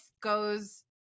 goes